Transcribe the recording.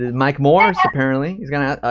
mike morse, apparently. he's gonna,